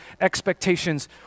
expectations